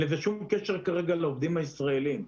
אין לזה שום קשר כרגע לעובדים הישראליים.